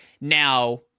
Now